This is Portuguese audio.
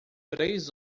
três